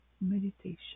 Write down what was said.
meditation